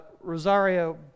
Rosario